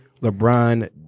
LeBron